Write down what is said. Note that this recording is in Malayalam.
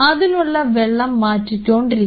അതിനുള്ള വെള്ളം മാറ്റികൊണ്ടിരിക്കണം